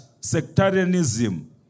sectarianism